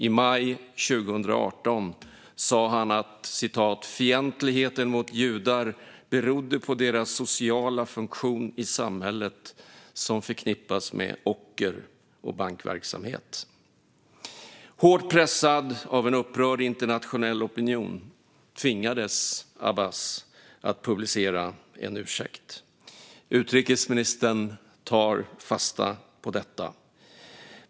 I maj 2018 sa han att "fientligheten mot judar berodde på deras sociala funktion i samhället som förknippas med ocker och bankverksamhet". Hårt pressad av en upprörd internationell opinion tvingades Abbas att publicera en ursäkt. Utrikesministern tar fasta på detta.